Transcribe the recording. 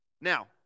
Now